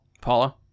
Paula